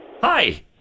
Hi